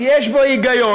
כי יש בו היגיון,